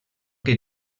que